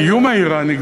האיום האיראני,